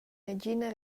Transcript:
negina